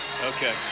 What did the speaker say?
Okay